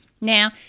Now